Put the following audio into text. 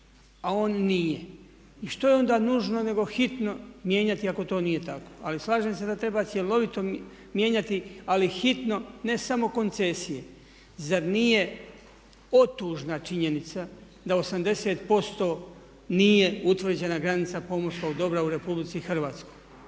a on nije i što je onda nužno nego hitno mijenjati ako to nije tako. Ali slažem se da treba cjelovito mijenjati ali hitno ne samo koncesije. Zar nije otužna činjenica da 80% nije utvrđena granica pomorskog dobra u RH? Zašto